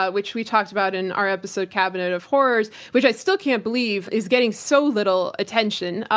ah which we talked about in our episode cabinet of horrors, which i still can't believe is getting so little attention,